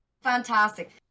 Fantastic